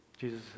Jesus